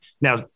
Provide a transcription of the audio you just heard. now